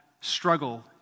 struggle